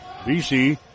BC